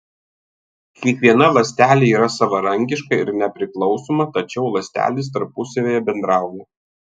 kiekviena ląstelė yra savarankiška ir nepriklausoma tačiau ląstelės tarpusavyje bendrauja